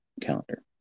calendar